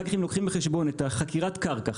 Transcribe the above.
אם לוקחים אחר כך בחשבון את חקירת הקרקע,